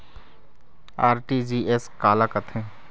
RTGS काला कथें?